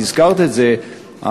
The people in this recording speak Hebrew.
את הזכרת את זה,